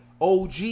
OG